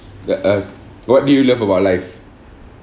like uh what do you love about life